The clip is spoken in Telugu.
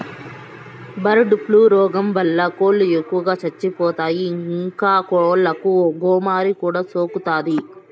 బర్డ్ ఫ్లూ రోగం వలన కోళ్ళు ఎక్కువగా చచ్చిపోతాయి, ఇంకా కోళ్ళకు గోమారి కూడా సోకుతాది